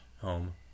home